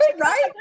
right